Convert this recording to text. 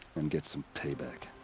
and get some payback!